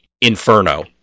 Inferno